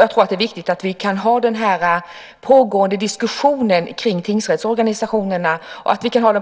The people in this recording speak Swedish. Jag tror att det är viktigt att vi kan ha den här pågående diskussionen kring tingsrättsorganisationerna